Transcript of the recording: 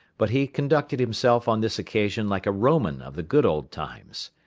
but he conducted himself on this occasion like a roman of the good old times.